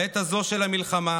בעת הזו של המלחמה,